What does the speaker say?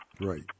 Right